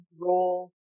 role